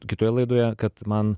kitoje laidoje kad man